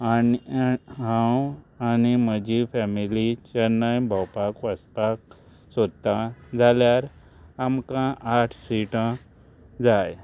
आनी हांव आनी म्हजी फॅमिली चेन्नय भोंवपाक वचपाक सोदतां जाल्यार आमकां आट सिटां जाय